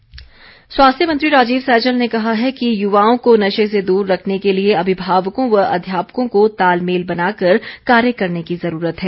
सैजल स्वास्थ्य मंत्री राजीव सैजल ने कहा है कि युवाओं को नशे से दूर रखने के लिए अभिभावकों व अध्यापकों को तालमेल बनाकर कार्य करने की ज़रूरत है